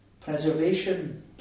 Preservation